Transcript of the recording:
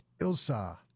Ilsa